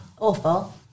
Awful